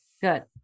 Good